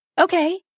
Okay